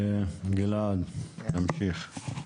גלעד, תמשיך.